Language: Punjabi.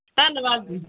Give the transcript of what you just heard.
ਧੰਨਵਾਦ ਜੀ